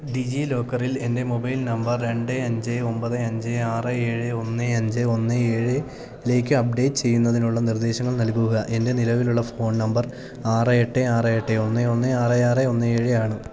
ഡിജിലോക്കറിൽ എന്റെ mobile number രണ്ട് അഞ്ച് ഒമ്പത് അഞ്ച് ആറ് ഏഴ് ഒന്ന് അഞ്ച് ഒന്ന് ഏഴി ലേക്ക് അപ്ഡേറ്റ് ചെയ്യുന്നതിനുള്ള നിർദ്ദേശങ്ങൾ നൽകുക എൻ്റെ നിലവിലുള്ള ഫോൺ നമ്പർ ആറ് എട്ട് ആറ് എട്ട് ഒന്ന് ഒന്ന് ആറ് ആറ് ഒന്ന് ഏഴ് ആണ്